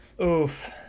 Oof